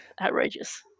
outrageous